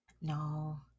No